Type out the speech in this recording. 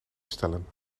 stellen